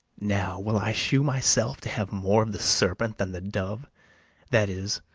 now will i shew myself to have more of the serpent than the dove that is,